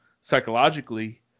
psychologically